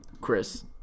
Chris